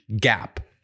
gap